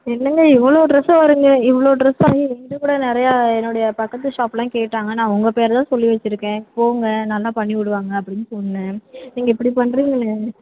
என்னங்க இவ்வளோ ட்ரெஸு வருங்க இவ்வளோ ட்ரெஸு எங்கள்கிட்ட கூட நிறையா என்னோடைய பக்கத்து ஷாப்லாம் கேட்டாங்க நான் உங்கள்ப்பேர தான் சொல்லி வச்சியிருக்கேன் போங்க நல்லா பண்ணிவிடுவாங்க அப்படின்னு சொன்னேன் நீங்கள் இப்படி பண்ணுறீங்களே